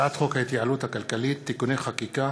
הצעת חוק ההתייעלות הכלכלית (תיקוני חקיקה